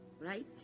right